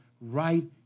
right